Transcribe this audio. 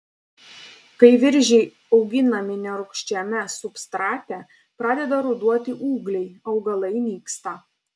kai viržiai auginami nerūgščiame substrate pradeda ruduoti ūgliai augalai nyksta